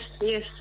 yes